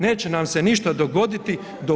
Neće nam se ništa dogoditi.